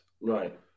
right